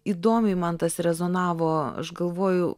įdomiai man tas rezonavo aš galvoju